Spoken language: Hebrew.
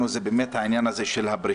סעדי.